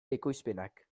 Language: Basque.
ekoizpenak